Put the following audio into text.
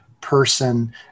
person